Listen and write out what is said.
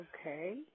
okay